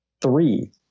Three